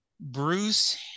bruce